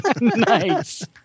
Nice